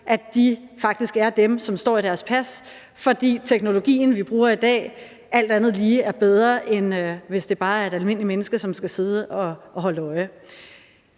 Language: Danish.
faktisk er dem, som står i deres pas, fordi teknologien, vi bruger i dag, alt andet lige er bedre, end hvis det bare er et almindeligt menneske, som skal sidde og holde øje.